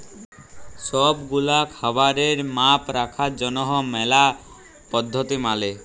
সব গুলা খাবারের মাপ রাখার জনহ ম্যালা পদ্ধতি মালে